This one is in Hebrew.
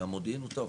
המודיעין הוא טוב.